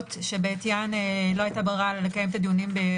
שב"ס תיארה כאן, כל סוגי הדיונים האלה נקבעו